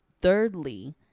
Thirdly